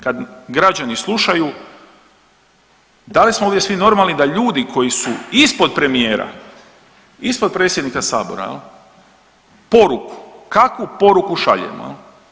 Kad građani slušaju da li smo ovdje svi normalni da ljudi koji su ispod premijera, ispod predsjednika sabora jel, poruku, kakvu poruku šaljemo jel.